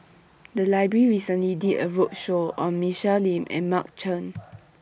The Library recently did A roadshow on Michelle Lim and Mark Chan